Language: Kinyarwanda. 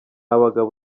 abagabo